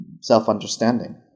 self-understanding